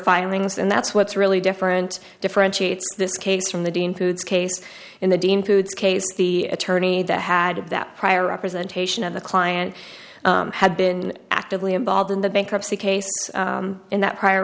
filings and that's what's really different differentiates this case from the dean foods case in the dean foods case the attorney that had that prior representation of the client had been actively involved in the bankruptcy case and that prior